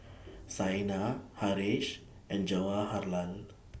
Saina Haresh and Jawaharlal